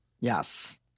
Yes